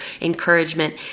encouragement